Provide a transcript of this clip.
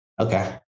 Okay